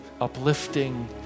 uplifting